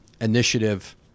initiative